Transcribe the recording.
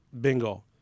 bingo